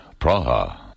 Praha